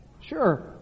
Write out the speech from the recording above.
Sure